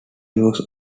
use